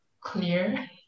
clear